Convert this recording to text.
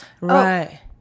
right